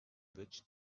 which